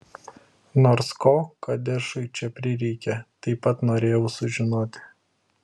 nors ko kadešui čia prireikė taip pat norėjau sužinoti